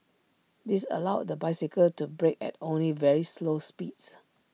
this allowed the bicycle to brake at only very slow speeds